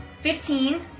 Fifteen